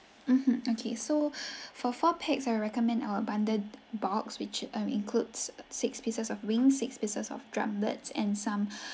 mmhmm okay so for four pax I'll recommend our abundant box which includes six pieces of wing six pieces of drumettes and some